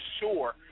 sure